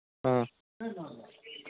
ꯑꯥ